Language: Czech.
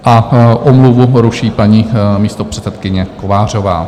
A omluvu ruší paní místopředsedkyně Kovářová.